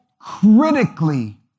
critically